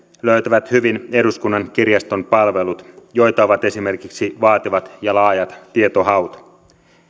löytävät hyvin eduskunnan kirjaston palvelut joita ovat esimerkiksi vaativat ja laajat tietohaut